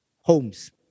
homes